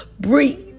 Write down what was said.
breathe